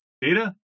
data